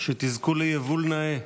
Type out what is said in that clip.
שתזכו ליבול נאה.